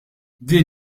din